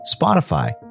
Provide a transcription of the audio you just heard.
Spotify